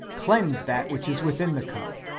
cleanse that which is within the cup,